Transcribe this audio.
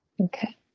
okay